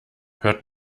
hört